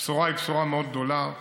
הבשורה היא בשורה מאוד גדולה: